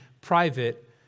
private